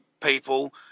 people